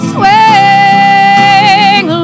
Swing